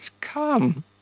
come